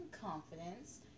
confidence